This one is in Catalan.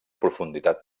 profunditat